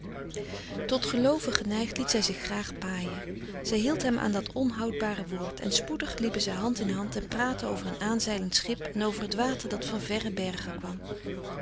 tot gelooven geneigd liet zij zich graag paaien zij hield hem aan dat onhoudbare woord en spoedig liepen zij hand in hand en praatten over een aanzeilend schip en over t water dat van verre bergen kwam